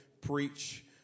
preach